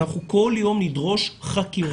אנחנו כל יום נדרוש חקירות,